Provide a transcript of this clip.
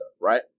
right